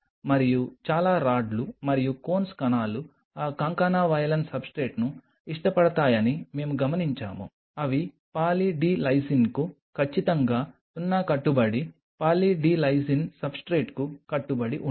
మరియు చాలా రాడ్లు మరియు కోన్స్ కణాలు ఆ కాంకానా వాలైన్ సబ్స్ట్రేట్ను ఇష్టపడతాయని మేము గమనించాము అవి పాలీ డి లైసిన్కు ఖచ్చితంగా 0 కట్టుబడి పాలీ డి లైసిన్ సబ్స్ట్రేట్కు కట్టుబడి ఉండవు